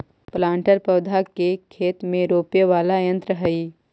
planter पौधा के खेत में रोपे वाला यन्त्र हई